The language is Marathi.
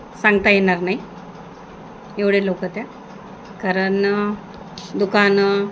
सांगता येणार नाही एवढे लोकं त्या कारण दुकानं